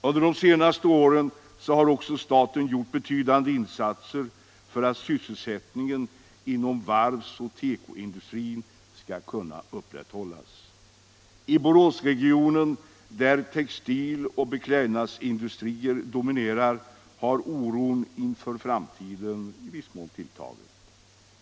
Under de senaste åren har också staten gjort betydande insatser för att sysselsättningen inom varvs och tekoindustrin skall kunna upprätthållas. I Boråsregionen, där textil och beklädnadsindustrier dominerar, har oron inför framtiden i viss mån tilltagit.